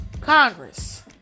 Congress